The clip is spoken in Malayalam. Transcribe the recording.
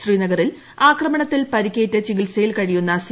ശ്രീനഗറിൽ ആക്രമണത്തിൽ പരിക്കേറ്റ് പ്ലിക്ടിത്സയിൽ കഴിയുന്ന സി